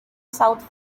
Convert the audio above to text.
south